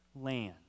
land